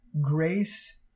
grace